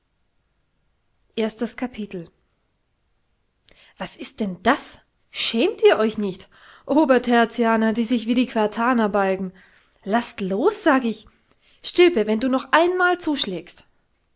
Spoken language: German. was ist denn das schämt ihr euch nicht obertertianer die sich wie die quartaner balgen laßt los sag ich stilpe wenn du noch einmal zuschlägst